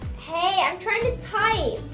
hey i'm tryna type.